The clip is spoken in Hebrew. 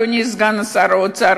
אדוני סגן שר האוצר.